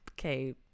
Okay